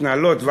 מתנהלות,